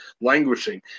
languishing